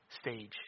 stage